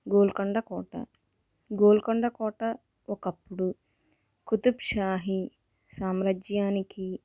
గోల్కొండ కోట గోల్కొండ కోట ఒకప్పుడు కుతుబ్షాహీ సామ్రాజ్యానికి